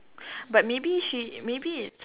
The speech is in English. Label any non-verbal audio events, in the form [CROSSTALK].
[BREATH] but maybe she maybe it's